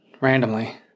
randomly